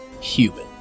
human